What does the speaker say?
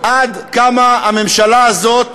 עד כמה הממשלה הזאת